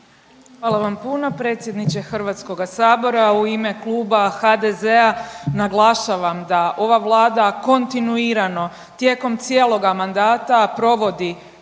Hvala vam puno predsjedniče HS. U ime Kluba HDZ-a naglašavam da ova Vlada kontinuirano tijekom cijeloga mandata provodi